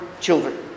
children